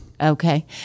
Okay